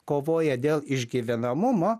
kovoja dėl išgyvenamumo